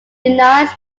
denies